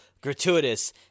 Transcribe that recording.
gratuitous